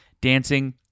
Dancing